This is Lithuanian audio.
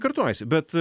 kartojasi bet